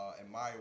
admire